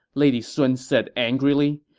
lady sun said angrily.